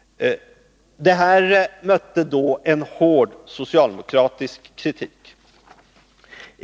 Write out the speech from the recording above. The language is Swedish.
Detta mötte en hård socialdemokratisk kritik.